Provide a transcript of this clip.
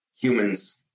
Humans